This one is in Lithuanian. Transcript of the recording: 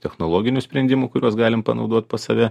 technologinių sprendimų kuriuos galim panaudot pas save